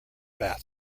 bath